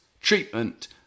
treatment